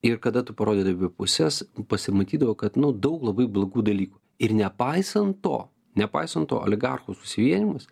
ir kada tu parodydavai abi puses pasimatydavo kad nu daug labai blogų dalykų ir nepaisant to nepaisant to oligarchų susivienijimas